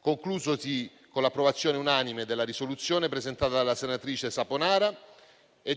conclusosi con l'approvazione unanime della proposta di risoluzione presentata dalla senatrice Saponara.